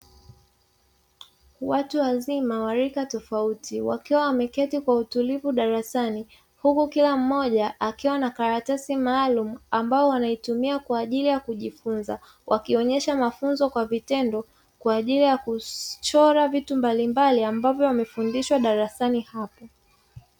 Watu wazima wa rika tofauti, wakiwa wameketi kwa utulivu darasani, huku kila mmoja akiwa na karatasi maalumu, ambapo anaitumia kwa ajili ya kujifunza, wakionyesha mafunzo kwa vitendo kwa ajili ya kuchora vitu mbalimbali ambavyo wamefundishwa darasani hapo.